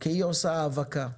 כי היא עושה האבקה,